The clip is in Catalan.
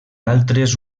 altres